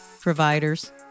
providers